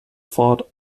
fought